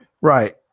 right